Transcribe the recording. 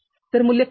तर मूल्य काय आहे